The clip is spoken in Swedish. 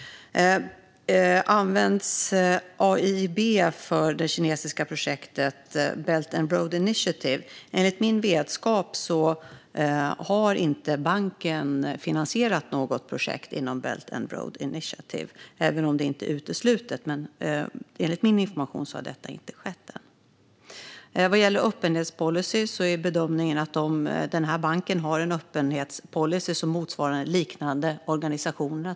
Används AIIB för det kinesiska projektet Belt and Road Initiative? Enligt min vetskap har inte banken finansierat något projekt inom detta initiativ, även om det inte är uteslutet. Men enligt min information har detta alltså inte skett. Vad gäller öppenhetspolicy är bedömningen att banken har en sådan som motsvarar liknande organisationers.